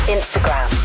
Instagram